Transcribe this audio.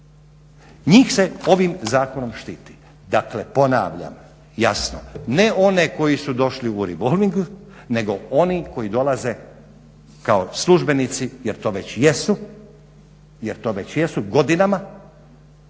njih se ovim zakonom štiti. Dakle, ponavljam jasno, ne one koji su došli u revolving nego oni koji dolaze kao službenici jer to već jesu godinama